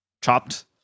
chopped